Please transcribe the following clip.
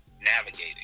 navigating